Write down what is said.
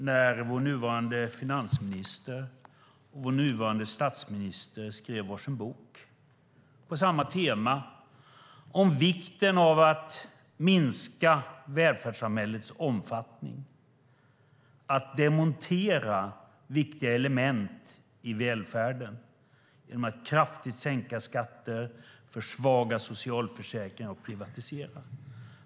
Då skrev vår nuvarande finansminister och vår nuvarande statsminister var sin bok på samma tema: vikten av att minska välfärdssamhällets omfattning och demontera viktiga element i välfärden genom att kraftigt sänka skatter, försvaga socialförsäkringen och privatisera.